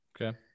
Okay